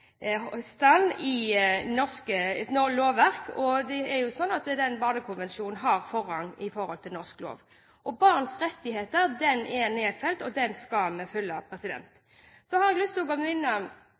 barns rettigheter i norsk lovverk, og det er jo slik at Barnekonvensjonen har forrang i forhold til norsk lov. Barns rettigheter er nedfelt, og det skal